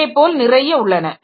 இதேபோல் நிறைய உள்ளன